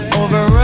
over